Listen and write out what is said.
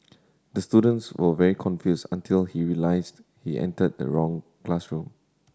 the students were very confused until he realised he entered the wrong classroom